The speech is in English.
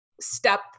step